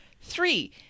three